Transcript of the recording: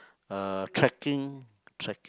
uh trekking trek